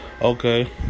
Okay